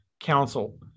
Council